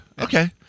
Okay